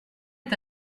est